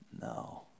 No